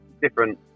different